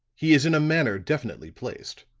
he is in a manner definitely placed,